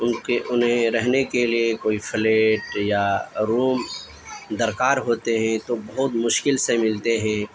ان کے انہیں رہنے کے لیے کوئی فلیٹ یا روم درکار ہوتے ہیں تو بہت مشکل سے ملتے ہیں